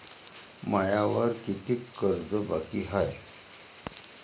मायावर कितीक कर्ज बाकी हाय?